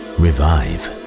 revive